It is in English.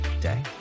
day